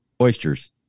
oysters